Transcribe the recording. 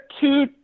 two